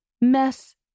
mess